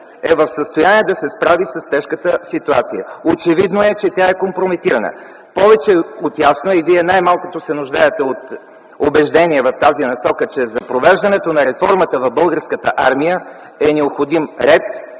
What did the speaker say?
е в състояние да се справи с тежката ситуация?! Очевидно тя е компрометирана. Повече от ясно е и Вие най-малкото се нуждаете от убеждение в тази насока, че за провеждането на реформата в Българската армия е необходим ред,